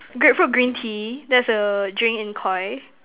grapefruit green tea thats a drink in Koi